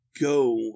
go